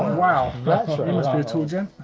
wow, that must be a tour gem.